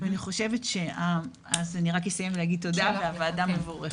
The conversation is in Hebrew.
אני רק אסיים ואגיד תודה, והוועדה מבורכת.